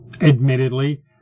admittedly